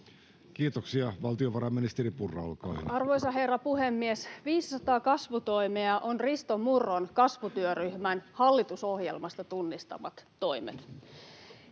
Kiitoksia. — Valtiovarainministeri Purra, olkaa hyvä. Arvoisa herra puhemies! 500 kasvutoimea ovat Risto Murron kasvutyöryhmän hallitusohjelmasta tunnistamat toimet.